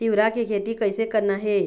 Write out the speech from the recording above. तिऊरा के खेती कइसे करना हे?